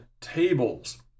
tables